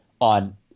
on